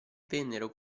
vennero